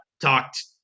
talked